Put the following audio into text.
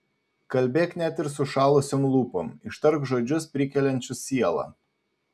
kalbėk net ir sušalusiom lūpom ištark žodžius prikeliančius sielą